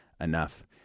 Enough